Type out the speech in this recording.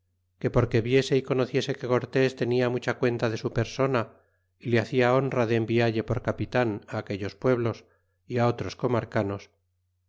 que porque viese y conociese que cortés tenia mucha cuenta de su persona y le hacia honra de envialle por capitan a aquellos pueblos y a otros comarcanos